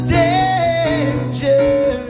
danger